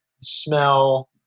smell